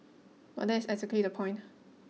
but that is exactly the point